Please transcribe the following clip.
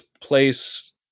place